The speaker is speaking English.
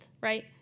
right